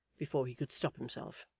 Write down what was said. before he could stop himself.